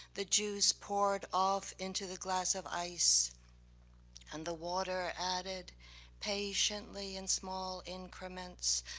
the juice poured off into the glass of ice and the water added patiently in small increments,